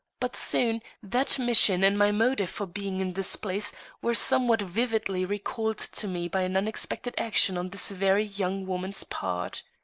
but soon that mission and my motive for being in this place were somewhat vividly recalled to me by an unexpected action on this very young woman's part.